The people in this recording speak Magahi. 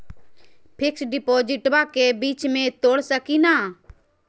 फिक्स डिपोजिटबा के बीच में तोड़ सकी ना?